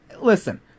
listen